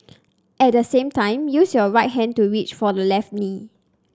at the same time use your right hand to reach for the left knee